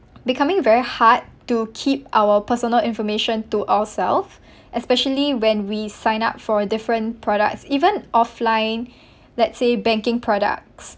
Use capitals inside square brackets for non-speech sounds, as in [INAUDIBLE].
becoming very hard to keep our personal information to ourself [BREATH] especially when we sign up for different products even offline [BREATH] let's say banking products